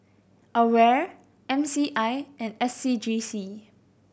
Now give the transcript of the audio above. AWARE M C I and S C G C